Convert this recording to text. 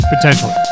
Potentially